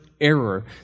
error